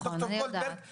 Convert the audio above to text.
עם ד"ר גולדברג,